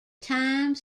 time